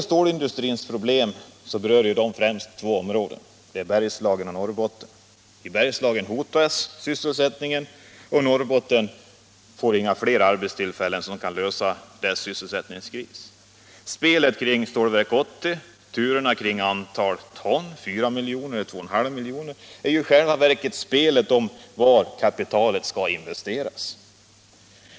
Stålindustrins problem berör främst två områden, Bergslagen och Norrbotten. I Bergslagen hotas sysselsättningen, och Norrbotten får inga fler arbetstillfällen som kan lösa dess sysselsättningskris. Spelet kring Stålverk 80 med dess turer kring antalet ton, 4 miljoner eller 2,5 miljoner, är i själva verket spelet om var kapitalet skall investeras.